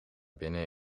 binnen